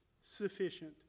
sufficient